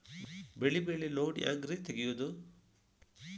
ಬೆಳಿ ಮ್ಯಾಲೆ ಲೋನ್ ಹ್ಯಾಂಗ್ ರಿ ತೆಗಿಯೋದ?